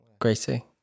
Gracie